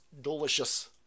Delicious